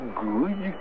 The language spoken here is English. good